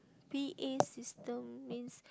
P_A system means